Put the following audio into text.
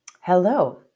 Hello